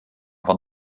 van